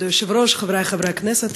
כבוד היושב-ראש, חברי חברי הכנסת,